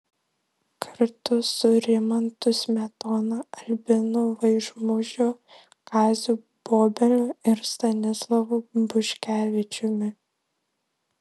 kartu su rimantu smetona albinu vaižmužiu kaziu bobeliu ir stanislovu buškevičiumi